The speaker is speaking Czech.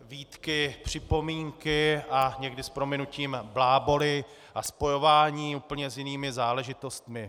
výtky, připomínky a někdy s prominutím bláboly a spojování s úplně jinými záležitostmi.